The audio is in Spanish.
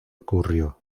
ocurrió